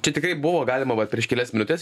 čia tikrai buvo galima va prieš kelias minutes